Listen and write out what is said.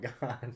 god